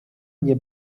nie